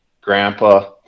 grandpa